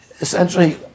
essentially